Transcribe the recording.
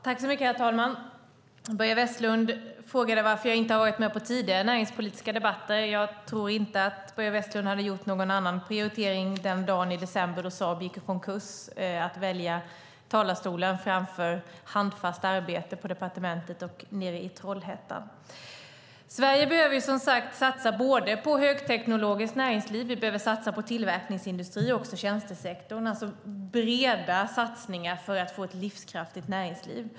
Herr talman! Börje Vestlund frågade varför jag inte har varit med på tidigare näringspolitiska debatter. Jag tror inte att Börje Vestlund skulle ha gjort någon annan prioritering den dag i december då Saab gick i konkurs. Jag tror inte att han hade valt talarstolen framför handfast arbete på departementet och nere i Trollhättan. Sverige behöver som sagt satsa på högteknologiskt näringsliv, tillverkningsindustri och tjänstesektorn. Vi behöver alltså göra breda satsningar för att få ett livskraftigt näringsliv.